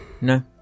No